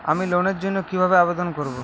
আমি লোনের জন্য কিভাবে আবেদন করব?